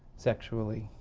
sexually.